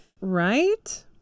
right